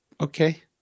Okay